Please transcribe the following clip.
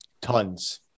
tons